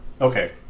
Okay